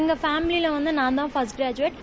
எங்க பேமிலியில வந்து நான்தாள் ஃபஸ்ட் கிராஜுவேட்